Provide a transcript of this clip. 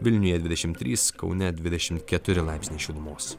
vilniuje dvidešimt trys kaune dvidešimt keturi laipsniai šilumos